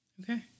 okay